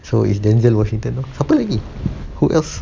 so is denzel washington lor siapa lagi who else